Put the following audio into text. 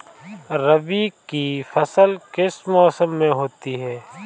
रबी की फसल किस मौसम में होती है?